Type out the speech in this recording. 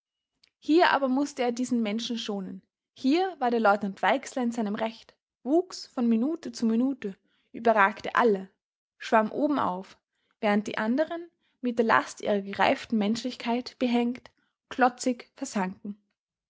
hier aber mußte er diesen menschen schonen hier war der leutnant weixler in seinem recht wuchs von minute zu minute überragte alle schwamm obenauf während die anderen mit der last ihrer gereiften menschlichkeit behängt klotzig versanken